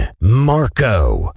Marco